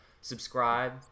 subscribe